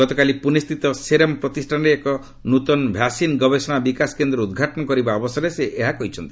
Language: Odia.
ଗତକାଲି ପୁନେସ୍ଥିତ ସେରମ୍ ପ୍ରତିଷ୍ଠାନରେ ଏକ ନୂତନ ଭ୍ୟାକ୍ସିନ୍ ଗବେଷଣା ଓ ବିକାଶ କେନ୍ଦ୍ର ଉଦ୍ଘାଟନ କରିବା ଅବସରରେ ସେ ଏହା କହିଛନ୍ତି